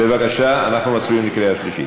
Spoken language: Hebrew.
בבקשה, אנחנו מצביעים בקריאה שלישית.